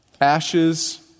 Ashes